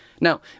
Now